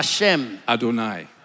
Adonai